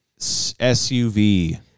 suv